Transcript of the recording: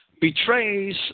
betrays